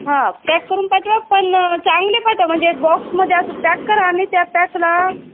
हां पॅक करून पाठवा पण चांगले पाठवा म्हणजे एक बॉक्समध्ये असं पॅक करा आणि त्या पॅकला